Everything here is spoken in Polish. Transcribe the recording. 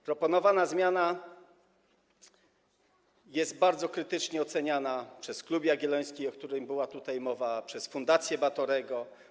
Proponowana zmiana jest bardzo krytycznie oceniana przez Klub Jagielloński, o którym była tutaj mowa, przez Fundację Batorego.